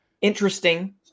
interesting